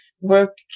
work